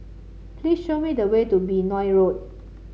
please show me the way to Benoi Road